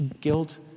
guilt